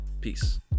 Peace